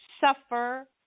suffer